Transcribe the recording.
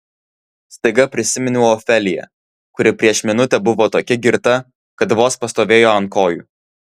staiga prisiminiau ofeliją kuri prieš minutę buvo tokia girta kad vos pastovėjo ant kojų